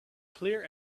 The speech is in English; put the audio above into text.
clear